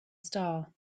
star